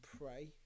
pray